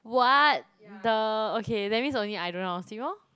what the okay that means only I don't know how to swim orh